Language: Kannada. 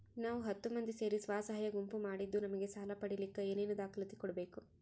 ನಾವು ಹತ್ತು ಮಂದಿ ಸೇರಿ ಸ್ವಸಹಾಯ ಗುಂಪು ಮಾಡಿದ್ದೂ ನಮಗೆ ಸಾಲ ಪಡೇಲಿಕ್ಕ ಏನೇನು ದಾಖಲಾತಿ ಕೊಡ್ಬೇಕು?